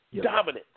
Dominant